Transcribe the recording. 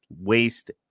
waste